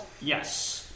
Yes